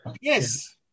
Yes